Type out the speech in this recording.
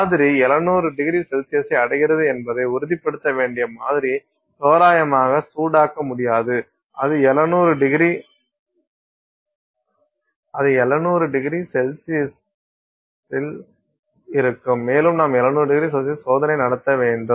மாதிரி 700ºCஐ அடைகிறது என்பதை உறுதிப்படுத்த வேண்டிய மாதிரியை தோராயமாக சூடாக்க முடியாது அது 700ºC இல் இருக்கும் மேலும் நாம் 700ºC இல் சோதனையை நடத்த வேண்டும்